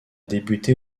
débuté